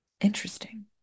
interesting